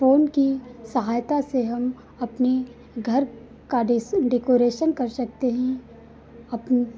phone की सहायता से हम अपने घर का वेस डेकोरेशन कर सकते हैं अपने